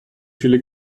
viele